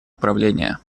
управления